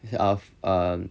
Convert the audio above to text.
have a